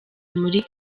muri